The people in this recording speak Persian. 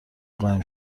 قایم